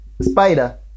spider